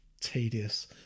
tedious